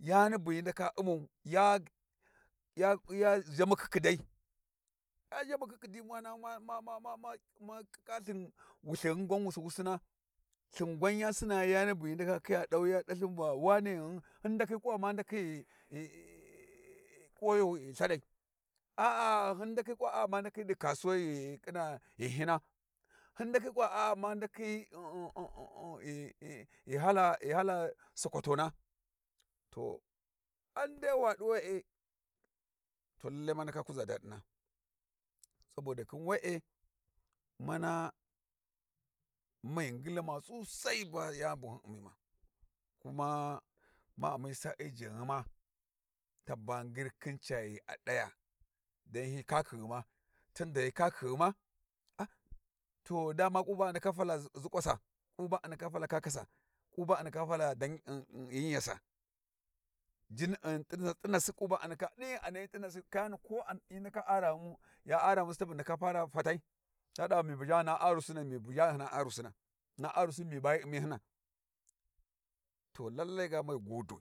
yani bu hyi ndaka ummau ya zhamu khikhidai ya zha mu khikhi di gwanma kikka lthin wulthighugwan wususina lthin gwan ya sinna yani bu hyi ndaka khi ya dau, ya da lthin va wane uh hyi ndakhi kuwa ma ndakhi da ghi kuweyo ghi lthadai, aa hyi ndakhi kuwa ma ndakhi di kasuwai ghi khina gyin hina hyi ndakhi kuwa aa ma ndakhin ghi hala sakwatona. To an dai wa di we`e. To lalle ma ndaka kuza dadina. saboda khin we`e mana mai ngilma sosai khin yani bu hyiummi ma, kuma ma ummi sa`I jinghu mat aba ngir khin caghi a daya dan hyi kakhighuma, tuda hyi kakhighuma ah to dama ku ba a ndaka fala kakasau, ku ba a ndaka fala dan uh- um gyi gya sa, jina T`inasi ku ba a ndaka din ghi a nahyi T`inasi kayani ko hyi ndaka araghu ya araghu tabu ndaka para fati ta da mi bu zha hyena arusina mi bu zha hyena arusi na, hyena arusin mi ba hyi ummi hyena. To lalle ga mai godiwi.